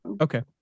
Okay